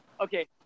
okay